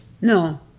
no